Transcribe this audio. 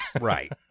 right